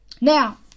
Now